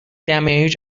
damage